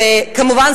וכמובן,